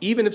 even